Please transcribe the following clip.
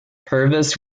purvis